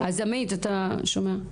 עמית, אתה שומע?